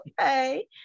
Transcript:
okay